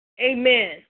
Amen